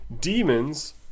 Demons